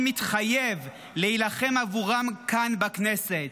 אני מתחייב להילחם עבורם כאן בכנסת.